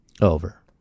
Over